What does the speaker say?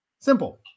Simple